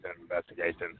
investigation